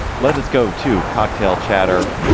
let us go to cocktail chatter